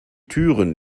türen